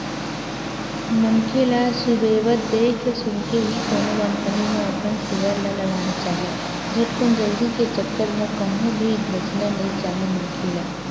मनखे ल सुबेवत देख सुनके ही कोनो कंपनी म अपन सेयर ल लगाना चाही झटकुन जल्दी के चक्कर म कहूं भी धसना नइ चाही मनखे ल